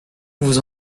vous